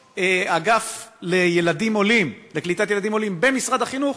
האגף לקליטת ילדים עולים במשרד החינוך,